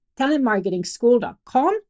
talentmarketingschool.com